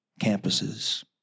campuses